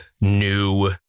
new